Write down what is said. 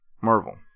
Marvel